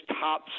top